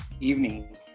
Evening